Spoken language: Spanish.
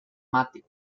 mate